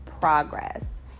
progress